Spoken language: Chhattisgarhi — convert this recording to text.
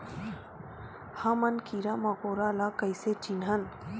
हमन कीरा मकोरा ला कइसे चिन्हन?